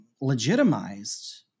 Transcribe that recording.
legitimized